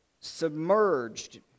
submerged